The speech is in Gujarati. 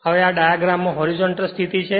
હવે આ ડાયગ્રામ માં હોરીજોંટલ સ્થિતિ છે